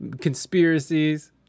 conspiracies